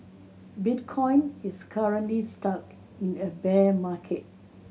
bitcoin is currently stuck in a bear market